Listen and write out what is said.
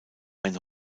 ein